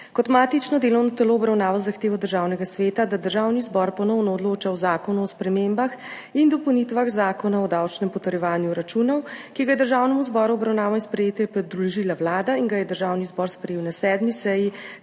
kot matično delovno telo obravnaval zahtevo Državnega sveta, da Državni zbor ponovno odloča o Zakonu o spremembah in dopolnitvah Zakona o davčnem potrjevanju računov, ki ga je Državnemu zboru v obravnavo in sprejetje predložila Vlada in ga je Državni zbor sprejel na 7. seji